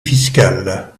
fiscale